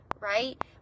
right